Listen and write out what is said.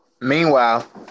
Meanwhile